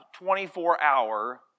24-hour